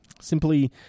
simply